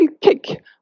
kick